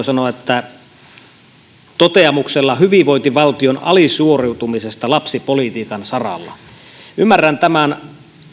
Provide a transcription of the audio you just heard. sanoa toteamuksella hyvinvointivaltion alisuoriutumisesta lapsipolitiikan saralla ymmärrän tämän